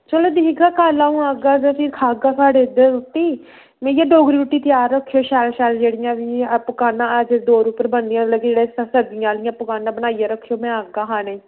चलो दिक्खगा कल्ल अंऊ आह्गा ते खाह्गा थुआढ़े इत्थें रुट्टी भइया ड़ोगरी रुट्टी त्यार रक्खेओ जेह्ड़ियां बी बनदियां ते सर्दियां आह्लिया पकवानां रक्खेओ में आह्गा खाने गी